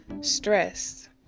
Stress